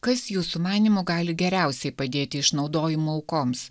kas jūsų manymu gali geriausiai padėti išnaudojimo aukoms